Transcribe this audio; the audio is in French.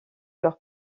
leurs